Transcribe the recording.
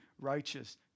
righteous